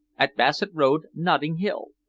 at bassett road, notting hill.